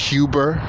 Huber